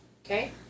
Okay